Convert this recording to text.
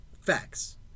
facts